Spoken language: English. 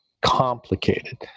complicated